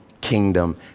kingdom